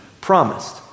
promised